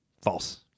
False